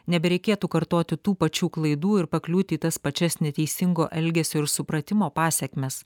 nebereikėtų kartoti tų pačių klaidų ir pakliūti į tas pačias neteisingo elgesio ir supratimo pasekmes